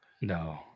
no